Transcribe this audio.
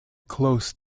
close